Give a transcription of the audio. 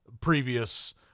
previous